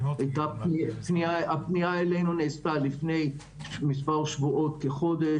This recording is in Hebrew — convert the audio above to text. הפנייה אלינו נעשתה לפני מספר שבועות, כחודש.